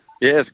Yes